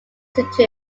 situ